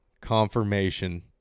confirmation